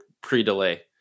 pre-delay